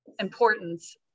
importance